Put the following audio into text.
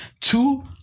two